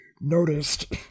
noticed